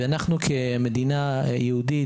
ואנחנו כמדינה יהודית,